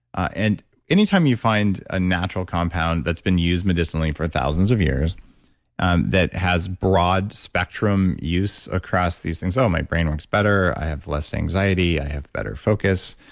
and any any time you find a natural compound that's been used medicinally for thousands of years that has broad-spectrum use across these things oh, my brain works better. i have less anxiety. i have better focus.